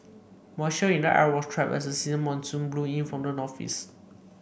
moisture in the air was trapped as a season monsoon blew in from the northeast